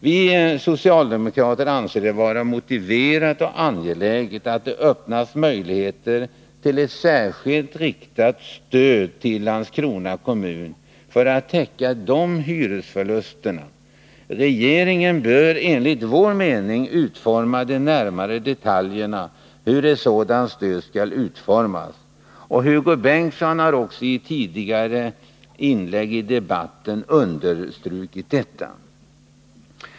Vi socialdemokrater anser det vara motiverat och angeläget att det öppnas en möjlighet till ett särskilt till Landskrona kommun riktat stöd för att täcka hyresförlusterna. Regeringen bör därför enligt vår mening utforma de närmare detaljerna för hur ett sådant stöd skall utformas. Hugo Bengtsson har också i inlägg tidigare i debatten understrukit detta.